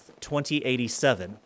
2087